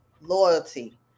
loyalty